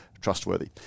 trustworthy